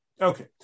Okay